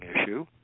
issue